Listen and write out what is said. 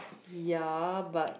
yeah but